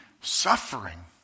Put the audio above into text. suffering